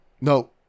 No